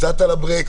קצת על הברקס,